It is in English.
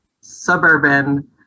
suburban